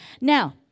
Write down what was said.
Now